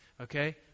Okay